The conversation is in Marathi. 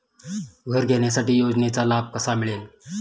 घर घेण्यासाठी योजनेचा लाभ कसा मिळेल?